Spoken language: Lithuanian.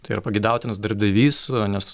tai yra pageidautinas darbdavys nes